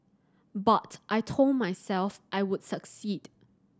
but I told myself I would succeed